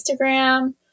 Instagram